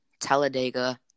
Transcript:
Talladega